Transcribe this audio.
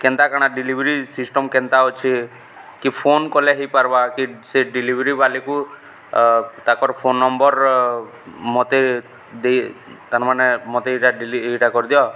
କେନ୍ତା କାଣା delivery system କେନ୍ତା ଅଛେ କି ଫୋନ୍ କଲେ ହେଇପାର୍ବା କି ସେ ଡେଲିଭରି ବାଲେକୁ ତାକର୍ ଫୋନ୍ ନମ୍ବର୍ ମତେ ଦେଇ ତାର୍ମାନେ ମତେ ଇଟା ଇଟା କରିଦିଅ